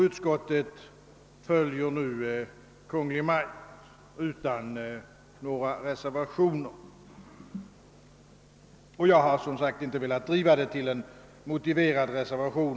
Utskottet följer Kungl. Maj:t utan några reservationer, och jag har, som sagt, inte velat gå så långt som att avlämna en motiverad reservation.